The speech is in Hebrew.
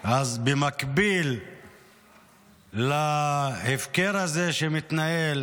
אז במקביל להפקר הזה שמתנהל